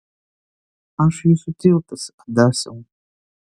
aš jūsų tiltas adasiau